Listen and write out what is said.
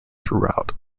throughout